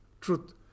truth